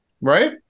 right